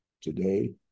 today